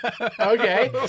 Okay